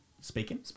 Speaking